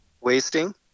wasting